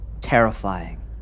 terrifying